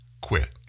quit